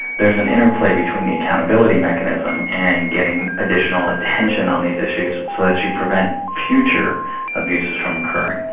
there's an interplay between the accountability mechanism and getting additional attention on these issues so that you prevent future abuses from occurring.